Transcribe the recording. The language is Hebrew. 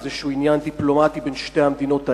איזה עניין דיפלומטי בין שתי המדינות האלה.